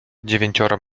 dziewięcioro